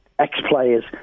ex-players